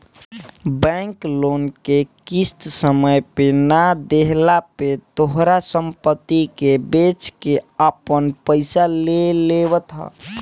bank loan के किस्त समय पे ना देहला पे तोहार सम्पत्ति के बेच के आपन पईसा ले लेवत ह